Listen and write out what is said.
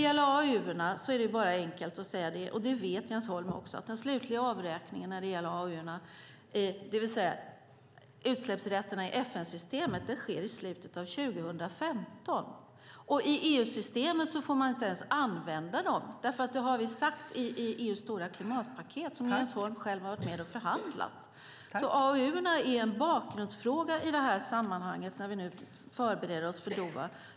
Jens Holm vet att den slutgiltiga avräkningen för AAU:erna, det vill säga utsläppsrätterna i FN-systemet, sker i slutet av 2015. I EU-systemet får man inte ens använda dem, för det har vi sagt i EU:s stora klimatpaket som Jens Holm själv har varit med och förhandlat. Så AAU:erna är en bakgrundsfråga i sammanhanget när vi förbereder oss för Doha.